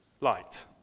light